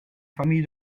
famille